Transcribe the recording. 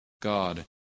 God